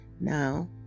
Now